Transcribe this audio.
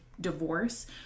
divorce